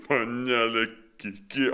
panele kiki